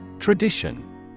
Tradition